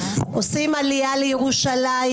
עושים עלייה לירושלים,